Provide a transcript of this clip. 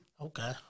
Okay